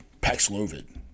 Paxlovid